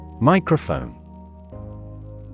Microphone